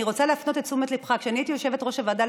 אני רוצה להפנות את תשומת ליבך: כשאני הייתי יושבת-ראש הוועדה